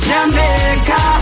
Jamaica